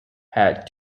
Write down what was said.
had